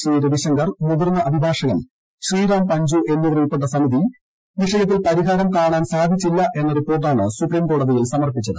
ശ്രീ രവിശങ്കർ മൂതീർന്ന അഭിഭാഷകൻ ശ്രീറാം പഞ്ചു എന്നിവരുൾപ്പെട്ട സമിതി വിഷ്ടുത്തിൽ പരിഹാരം കാണാൻ സാധിച്ചില്ല എന്ന റിപ്പോർട്ടാണ് സുപ്രീര്കോടതിയിൽ സമർപ്പിച്ചത്